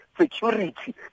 security